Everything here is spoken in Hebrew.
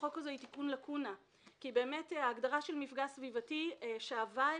חוק למניעת מפגעים סביבתיים (תביעות אזרחיות)